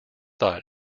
thought